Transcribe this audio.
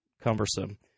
cumbersome